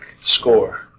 score